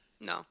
No